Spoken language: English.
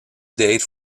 date